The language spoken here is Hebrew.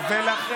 הלו,